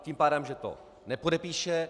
Tím pádem že to nepodepíše.